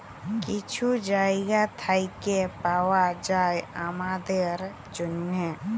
কিছু জায়গা থ্যাইকে পাউয়া যায় আমাদের জ্যনহে